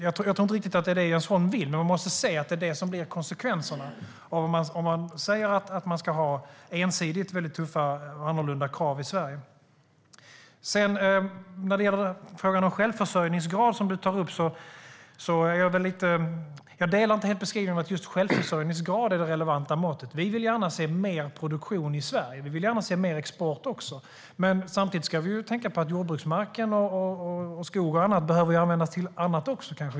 Jag tror inte riktigt att det är det Jens Holm vill, men man måste se att det är det som blir konsekvensen om man säger att man ensidigt ska ha väldigt tuffa och annorlunda krav i Sverige. Jens Holm tar upp frågan om självförsörjningsgraden. Jag delar inte helt beskrivningen att just självförsörjningsgrad är det relevanta måttet. Vi vill gärna se mer produktion i Sverige. Vi vill också gärna se mer export. Men samtidigt ska vi tänka på att jordbruksmark, skog med mera kanske behöver användas till andra ändamål också.